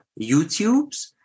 YouTubes